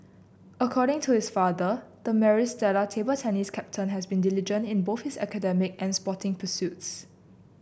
according to his father the Maris Stella table tennis captain has been diligent in both his academic and sporting pursuits